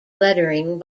lettering